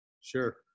sure